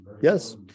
yes